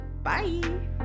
Bye